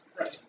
right